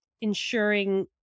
ensuring